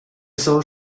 soll